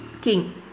king